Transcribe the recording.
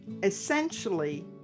Essentially